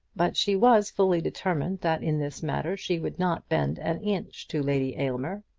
but she was fully determined that in this matter she would not bend an inch to lady aylmer.